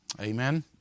Amen